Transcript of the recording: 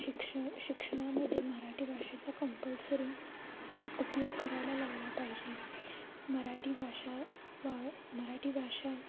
शिक्ष शिक्षणामध्ये मराठी भाषेचा कंपल्सरी उपयोग करायला लावला पाहिजे मराठी भाषा वा मराठी भाषा